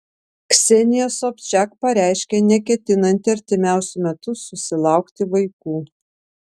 ksenija sobčiak pareiškė neketinanti artimiausiu metu susilaukti vaikų